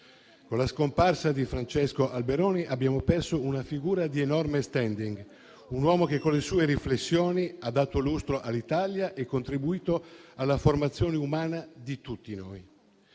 Con la scomparsa di Francesco Alberoni abbiamo perso una figura di enorme *standing*, un uomo che con le sue riflessioni ha dato lustro all'Italia e contribuito alla formazione umana di tutti noi.